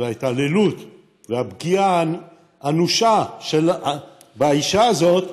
וההתעללות והפגיעה האנושה באישה הזאת,